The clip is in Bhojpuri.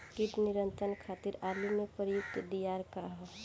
कीट नियंत्रण खातिर आलू में प्रयुक्त दियार का ह?